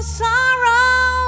sorrow